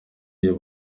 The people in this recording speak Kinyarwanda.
iyo